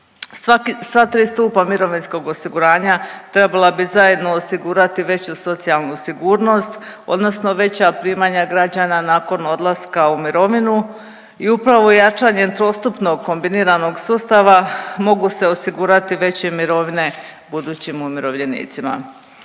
Sva tri stupa mirovinskog osiguranja trebala bi zajedno osigurati veću socijalnu sigurnost, odnosno veća primanja građana nakon odlaska u mirovinu i upravo jačanjem trostupnog kombiniranog sustava mogu se osigurati veće mirovine budućim umirovljenicima.